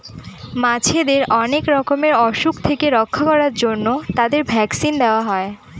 মাছেদের অনেক রকমের অসুখ থেকে রক্ষা করার জন্য তাদের ভ্যাকসিন দেওয়া হয়